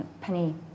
Penny